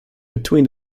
between